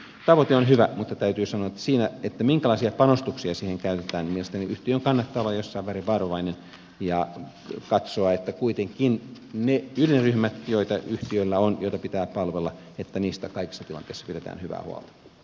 tavoite on hyvä mutta täytyy sanoa että siinä minkälaisia panostuksia siihen käytetään mielestäni yhtiön kannattaa olla jossain määrin varovainen ja katsoa että kuitenkin niistä ydinryhmistä joita yhtiöllä on joita pitää palvella kaikissa tilanteissa pidetään hyvää huolta